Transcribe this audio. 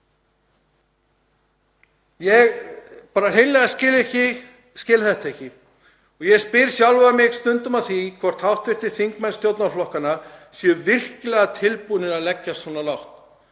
Ég bara hreinlega skil þetta ekki. Ég spyr sjálfan mig stundum að því hvort hv. þingmenn stjórnarflokkanna séu virkilega tilbúnir að leggjast svona lágt,